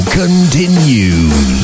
continues